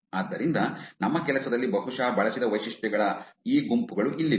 ಆದ್ದರಿಂದ ನಮ್ಮ ಕೆಲಸದಲ್ಲಿ ಬಹುಶಃ ಬಳಸಿದ ವೈಶಿಷ್ಟ್ಯಗಳ ಈ ಗುಂಪುಗಳು ಇಲ್ಲಿವೆ